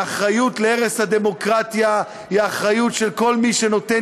האחריות להרס הדמוקרטיה היא של כל מי שנותן